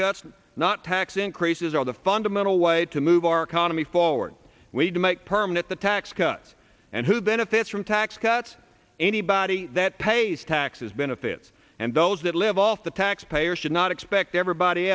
cuts not tax increases are the fundamental way to move our economy forward we need to make permanent the tax cuts and who benefits from tax cuts anybody that pays taxes benefits and those that live off the taxpayers should not expect everybody